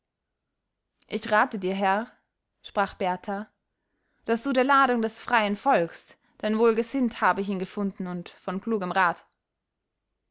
ich rate herr sprach berthar daß du der ladung des freien folgst denn wohlgesinnt habe ich ihn gefunden und von klugem rat